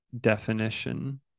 definition